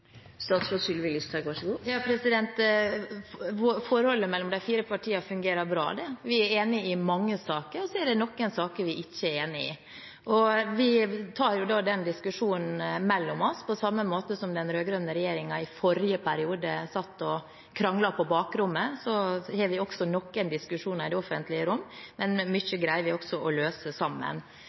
Forholdet mellom de fire partiene fungerer bra, det. Vi er enige i mange saker, og så er det noen saker der vi ikke er enige. Vi tar den diskusjonen mellom oss. På samme måte som den rød-grønne regjeringen i forrige periode satt og kranglet på bakrommet, har vi også noen diskusjoner i det offentlige rom, men mye greier vi også å løse sammen.